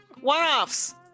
One-offs